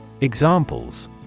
Examples